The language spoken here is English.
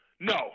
No